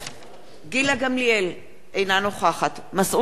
גילה גמליאל, אינה נוכחת מסעוד גנאים,